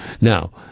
now